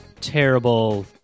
terrible